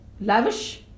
lavish